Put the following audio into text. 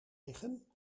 liggen